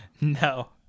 no